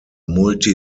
multi